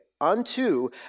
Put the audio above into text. Unto